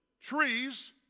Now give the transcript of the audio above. trees